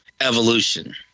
Evolution